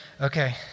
Okay